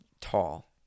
tall